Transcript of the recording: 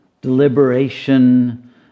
deliberation